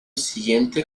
siguiente